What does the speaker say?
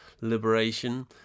liberation